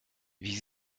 wie